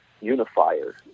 unifier